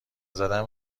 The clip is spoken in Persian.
زدن